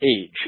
age